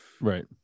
Right